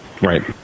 Right